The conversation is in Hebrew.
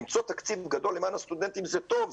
למצוא תקציב גדול למען הסטודנטים זה טוב,